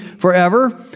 forever